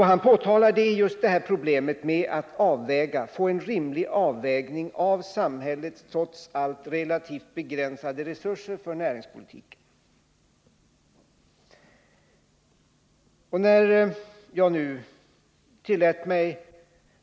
Vad han pekar på är just problemet att få en rimlig avvägning av samhällets trots allt relativt begränsade resurser för näringspolitiken.